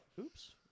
oops